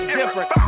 different